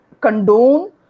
condone